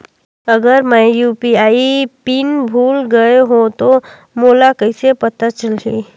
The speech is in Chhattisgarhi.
अगर मैं यू.पी.आई पिन भुल गये हो तो मोला कइसे पता चलही?